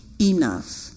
enough